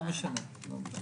לא משנה, לא משנה.